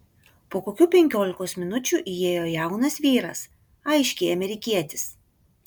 po kokių penkiolikos minučių įėjo jaunas vyras aiškiai amerikietis